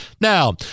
Now